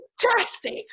Fantastic